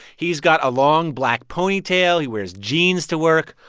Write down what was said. he's got a long, black ponytail. he wears jeans to work.